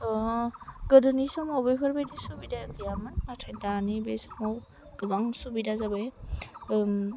गोदोनि समाव बेफोरबायदि सुबिदा गैयामोन नाथाय दानि बे समाव गोबां सुबिदा जाबाय